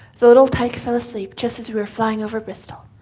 the little tyke fell asleep just as we were flying over bristol.